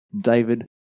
David